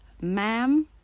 ma'am